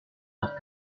nach